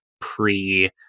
pre